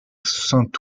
saint